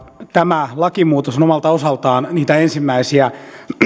tämä lakimuutos on omalta osaltaan niitä ensimmäisiä